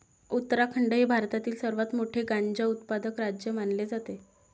उत्तराखंड हे भारतातील सर्वात मोठे गांजा उत्पादक राज्य मानले जाते